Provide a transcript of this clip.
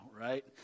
right